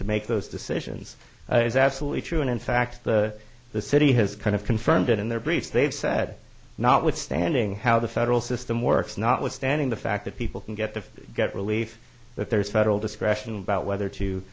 to make those decisions is absolutely true and in fact the the city has kind of confirmed it in their briefs they've said notwithstanding how the federal system works notwithstanding the fact that people can get to get relief that there is federal discretion about whether to